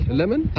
Lemon